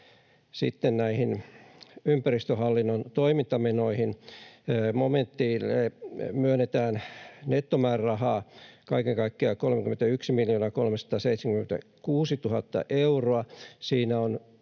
Sitten näihin ympäristöhallinnon toimintamenoihin: Momentille myönnetään nettomäärärahaa kaiken kaikkiaan 31 376 000 euroa.